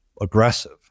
aggressive